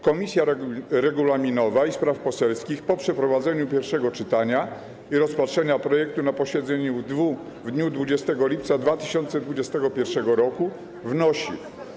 Komisja regulaminowa i spraw poselskich po przeprowadzeniu pierwszego czytania i rozpatrzeniu projektu na posiedzeniu w dniu 20 lipca 2021 r. wnosi: